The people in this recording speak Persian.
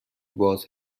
باز